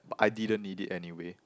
but I didn't need it anyway